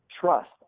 trust